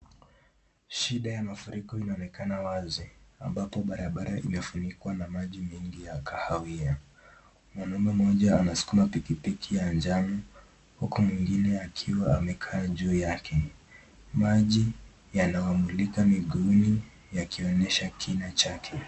Shida ya mafuriko yanaonekana wazi ambapo barabara imefunikwa na maji mengi ya kahawia. Mwanume mmoja anasukuma pikipiki ya njano huku mwingine akiwa amekaa juu yake. Maji yanawamulika miguuni yakionyesha kina chake.